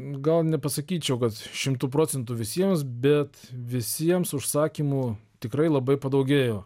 gal nepasakyčiau kad šimtu procentų visiems bet visiems užsakymų tikrai labai padaugėjo